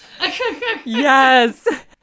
Yes